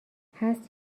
هست